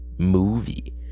movie